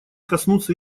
коснуться